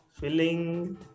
filling